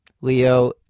Leo